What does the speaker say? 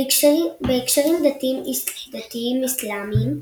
בהקשרים דתיים אסלאמיים,